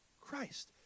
Christ